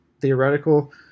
theoretical